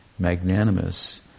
Magnanimous